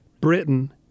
Britain—